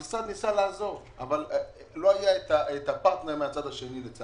המשרד ניסה לעזור אבל לצערי לא היה פרטנר מהצד השני.